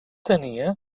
tenia